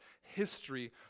history